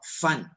fun